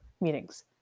meetings